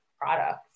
products